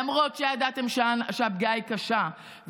למרות שידעתם שהפגיעה היא קשה,